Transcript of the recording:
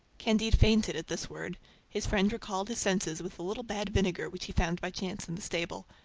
candide fainted at this word his friend recalled his senses with a little bad vinegar which he found by chance in the stable.